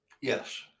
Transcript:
Yes